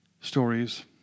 stories